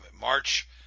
March